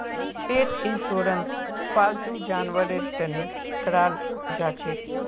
पेट insurance फालतू जानवरेर तने कराल जाछेक